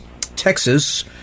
Texas